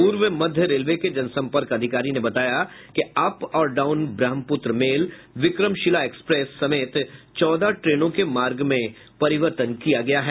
पूर्व मध्य रेलवे के जनसंपर्क अधिकारी ने बताया कि अप और down Brahmaputra mail Vikramshila express समेत चौदह ट्रेनों के मार्ग में परिवर्तन किया गया है